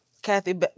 Kathy